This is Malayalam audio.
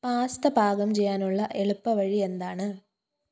പാസ്ത പാകം ചെയ്യാനുള്ള എളുപ്പവഴി എന്താണ്